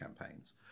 campaigns